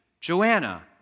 Joanna